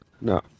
No